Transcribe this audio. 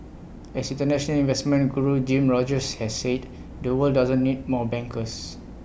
as International investment Guru Jim Rogers has said the world doesn't need more bankers